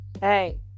hey